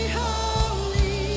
holy